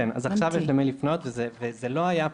כן, אז עכשיו יש למי לפנות וזה לא היה פעם.